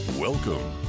Welcome